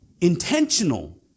intentional